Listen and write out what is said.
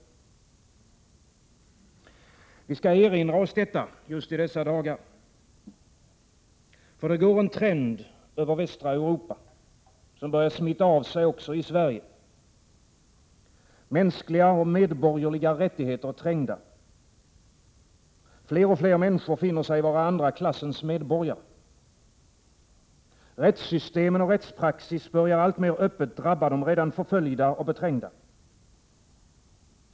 Vi skall erinra oss detta i dessa dagar. Det går en trend över västra Europa, som börjar smitta av sig också i Sverige. Mänskliga och medborgerliga rättigheter är trängda. Fler och fler människor finner sig vara andra klassens medborgare. Rättssystemen och rättspraxis börjar alltmer öppet drabba de redan förföljda och beträngda.